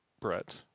Brett